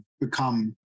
become